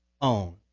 own